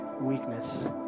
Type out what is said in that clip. weakness